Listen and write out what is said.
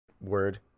word